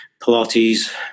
Pilates